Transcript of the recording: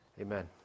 Amen